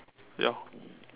ya